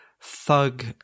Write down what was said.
thug